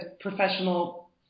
professional